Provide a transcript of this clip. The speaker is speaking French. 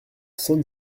cent